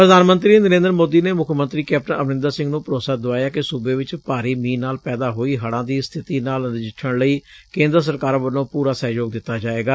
ਪ੍ਰਧਾਨ ਮੰਤਰੀ ਨਰੇਂਦਰ ਮੋਦੀ ਨੇ ਮੁੱਖ ਮੰਤਰੀ ਕੈਪਟਨ ਅਮਰੰਦਰ ਸਿੰਘ ਨੂੰ ਭਰੋਸਾ ਦਿਵਾਇਐ ਕਿ ਸੁਬੇ ਵਿੱਚ ਭਾਰੀ ਮੀਹ ਨਾਲ ਪੈਦਾ ਹੋਈ ਹਤੁਾ ਦੀ ਸਬਿਤੀ ਨਾਲ ਨਜਿੱਠਣ ਲਈ ਕੇਂਦਰ ਸਰਕਾਰ ਵੱਲੋ ਪੂਰਾ ਸਹਿਯੋਗ ਦਿੱਤਾ ਜਾਵੇਗਾ